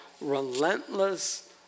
relentless